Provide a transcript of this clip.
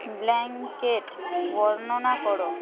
blanket বর্ণনা করো